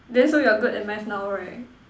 then so you're good at math now right